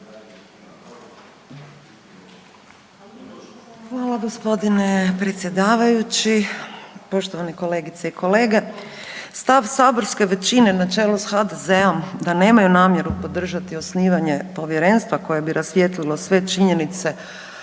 Hvala, gospodine predsjedavajući. Poštovane kolegice i kolege. Stav saborske većine na čelu sa HDZ-om da nemaju namjeru podržati osnivanje povjerenstva koje bi rasvijetlilo sve činjenice